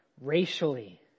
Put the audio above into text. racially